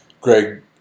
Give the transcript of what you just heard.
Greg